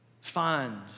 Find